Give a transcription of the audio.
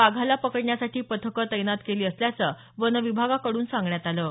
वाघाला पकडण्यासाठी पथक तैनात केली असल्याचं वनविभागाकडून सांगण्यात आलं आहे